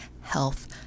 health